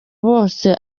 bose